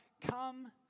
Come